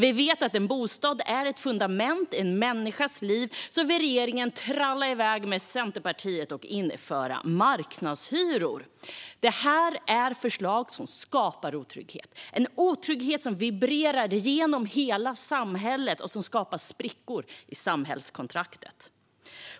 Vi vet att en bostad är ett fundament i en människas liv, men regeringen vill tralla iväg med Centerpartiet och införa marknadshyror. Detta är förslag som skapar otrygghet. Det är en otrygghet som vibrerar genom hela samhället och som skapar sprickor i samhällskontraktet.